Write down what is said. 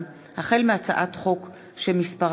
לדיון מוקדם: החל בהצעת חוק שמספרה